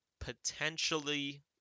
potentially